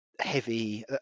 heavy